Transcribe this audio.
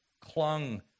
clung